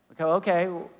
okay